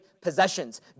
possessions